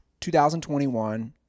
2021